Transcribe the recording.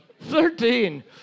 Thirteen